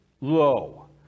low